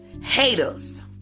haters